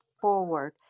forward